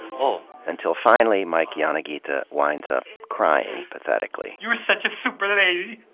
oh. until finally, mike yanagita winds up crying pathetically. you're such a super lady!